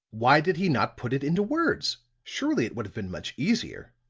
why did he not put it into words? surely it would have been much easier?